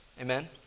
Amen